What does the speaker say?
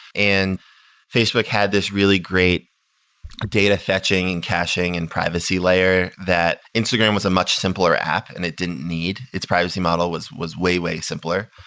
and facebook had this really great data fetching and caching and privacy layer that instagram was a much simpler app and it didn't need. its privacy model was was way, way simpler.